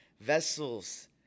vessels